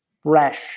fresh